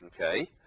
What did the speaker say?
Okay